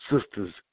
sisters